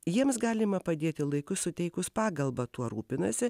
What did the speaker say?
jiems galima padėti laiku suteikus pagalbą tuo rūpinasi